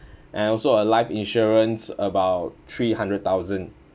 and also a life insurance about three hundred thousand